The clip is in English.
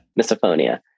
Misophonia